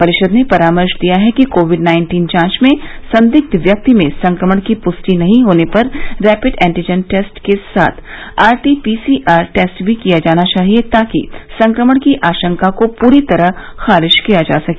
परिषद ने परामर्श दिया है कि कोविड नाइन्टीन जांच में संदिग्ध व्यक्ति में संक्रमण की पुष्टि नहीं होने पर रैपिड एंटीजन टेस्ट के साथ आरटी पीसीआर टेस्ट भी किया जाना चाहिए ताकि संक्रमण की आशंका को पूरी तरह खारिज किया जा सके